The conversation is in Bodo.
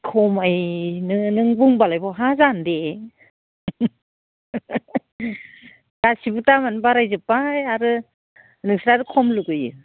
खमायनो नों बुंबालाय बहा जानो दे गासैबो दामआनो बारायजोब्बाय आरो नोंस्रासो खम लुबैयो